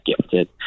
gifted